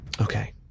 Okay